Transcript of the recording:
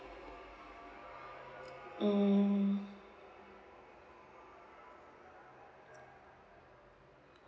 um